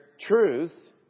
truth